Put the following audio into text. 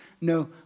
no